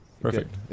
Perfect